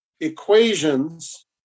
equations